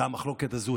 הייתה המחלוקת הזו,